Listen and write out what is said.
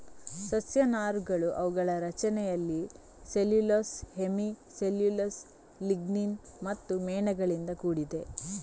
ಸಸ್ಯ ನಾರುಗಳು ಅವುಗಳ ರಚನೆಯಲ್ಲಿ ಸೆಲ್ಯುಲೋಸ್, ಹೆಮಿ ಸೆಲ್ಯುಲೋಸ್, ಲಿಗ್ನಿನ್ ಮತ್ತು ಮೇಣಗಳಿಂದ ಕೂಡಿದೆ